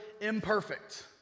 Imperfect